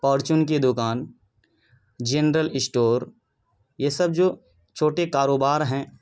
پورچون کی دکان general store یہ سب جو چھوٹے کاروبار ہیں